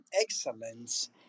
excellence